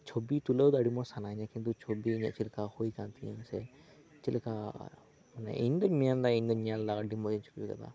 ᱪᱷᱚᱵᱤ ᱛᱩᱞᱟᱹᱣ ᱫᱚ ᱟᱹᱰᱤ ᱢᱚᱸᱡᱽ ᱥᱟᱱᱟᱭᱤᱧᱟᱹ ᱠᱤᱱᱛᱩ ᱪᱷᱚᱵᱤ ᱤᱧᱟᱹ ᱪᱮᱫᱞᱮᱠᱟ ᱦᱩᱭ ᱟᱠᱟᱱ ᱛᱤᱧᱟᱹ ᱥᱮ ᱪᱮᱫ ᱞᱮᱠᱟ ᱢᱟᱱᱮ ᱤᱧᱫᱚᱧ ᱢᱮᱱᱫᱟ ᱤᱧᱫᱚᱧ ᱧᱮᱞᱫᱟ ᱟᱹᱰᱤ ᱢᱚᱪ ᱦᱩᱭ ᱟᱠᱟᱱᱟ